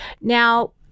Now